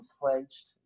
pledged